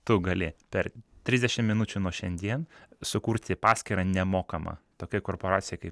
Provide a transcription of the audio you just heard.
tu gali per trisdešimt minučių nuo šiandien sukurti paskyrą nemokamą tokiai korporacijai kaip